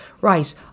right